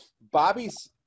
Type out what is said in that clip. Bobby's